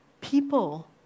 people